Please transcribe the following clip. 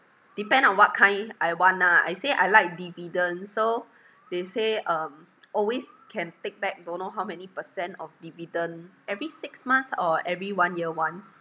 depend on what kind I want ah I say I like dividends so they say um always can take back don't know how many percent of dividend every six months or every one year once